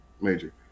major